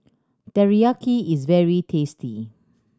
teriyaki is very tasty